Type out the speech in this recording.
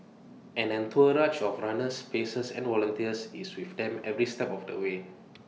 an entourage of runners pacers and volunteers is with them every step of the way